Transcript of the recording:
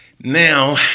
Now